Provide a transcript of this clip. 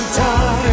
time